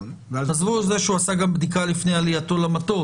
עזבו את זה שהוא עשה גם בדיקה לפני עלייתו למטוס,